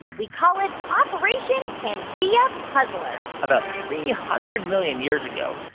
we call it operation pangea puzzler about three hundred million years ago,